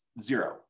zero